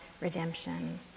redemption